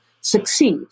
succeed